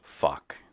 Fuck